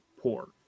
poor